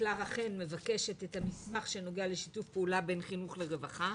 קלרה חן מבקשת את המסמך שנוגע לשיתוף פעולה בין חינוך לרווחה.